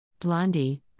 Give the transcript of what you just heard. Blondie